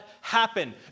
happen